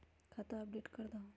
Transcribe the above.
खाता अपडेट करदहु?